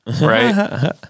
right